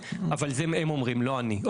אבל זה הם אומרים לא אני,